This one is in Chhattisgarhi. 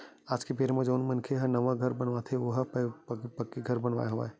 आज के बेरा म जउन मनखे मन ह नवा घर बनावत हवय ओहा सब्बो पक्की घर ही बनावत हवय